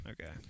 Okay